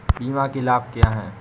बीमा के लाभ क्या हैं?